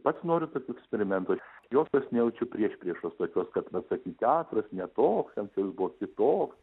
pats noriu tokių eksperimentų aš jokios nejaučiu priešpriešos tokios kad va sakyt teatras ne toks ten jis buvo kitoks